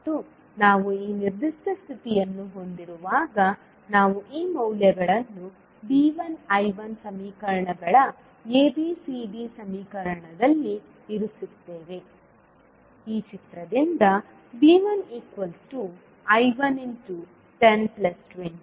ಮತ್ತು ನಾವು ಈ ನಿರ್ದಿಷ್ಟ ಸ್ಥಿತಿಯನ್ನು ಹೊಂದಿರುವಾಗ ನಾವು ಈ ಮೌಲ್ಯಗಳನ್ನು V1 I1 ಸಮೀಕರಣಗಳ ABCD ಸಮೀಕರಣದಲ್ಲಿ ಇರಿಸುತ್ತೇವೆ